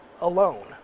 alone